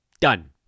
Done